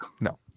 No